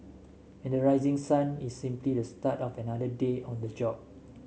and the rising sun is simply the start of another day on the job